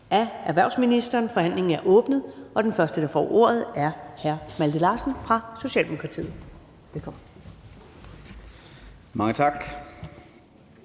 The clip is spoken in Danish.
Ellemann): Forhandlingen er åbnet. Den første, der får ordet, er hr. Malte Larsen fra Socialdemokratiet. Velkommen. Kl.